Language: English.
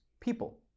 people